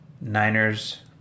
Niners